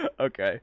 Okay